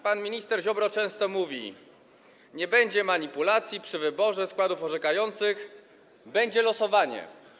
Pan minister Ziobro często mówi: nie będzie manipulacji przy wyborze składów orzekających, będzie losowanie.